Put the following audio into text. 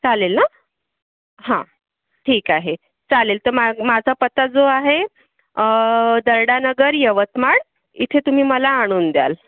चालेल ना हा ठीक आहे चालेल तर मा माझा पत्ता जो आहे दर्डानगर यवतमाळ इथे तुम्ही मला आणून द्याल